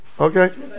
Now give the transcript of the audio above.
Okay